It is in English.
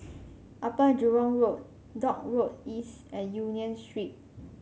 Upper Jurong Road Dock Road East and Union Street